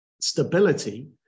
stability